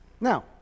Now